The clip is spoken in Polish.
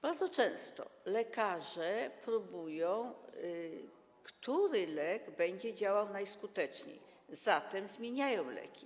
Bardzo często lekarze wypróbowują, który lek będzie działał najskuteczniej, zatem zmieniają leki.